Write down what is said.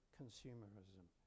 consumerism